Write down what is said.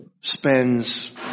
spends